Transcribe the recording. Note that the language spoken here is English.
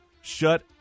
shut